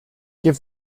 give